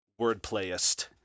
wordplayist